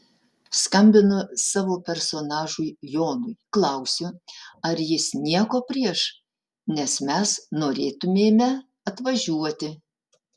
skambinu savo personažui jonui klausiu ar jis nieko prieš nes mes norėtumėme atvažiuoti